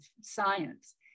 science